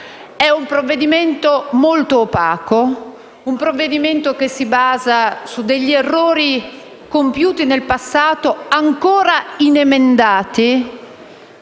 È un provvedimento molto opaco, che si basa su degli errori compiuti nel passato, ancora inemendati.